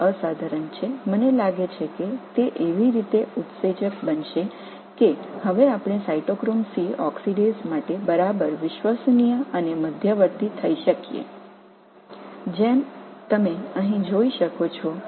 அது மிகவும் தனித்துவமானது சைட்டோக்ரோம் C ஆக்ஸிடேஸுக்கு சரியான நம்பகத்தன்மையுடனும் இடைநிலையுடனும் இப்போது நாம் பெறக்கூடிய வகையில் இருக்கும் என்று நான் நினைக்கிறேன்